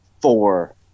four